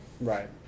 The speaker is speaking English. Right